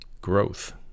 growth